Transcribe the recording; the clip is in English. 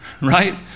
right